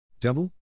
Double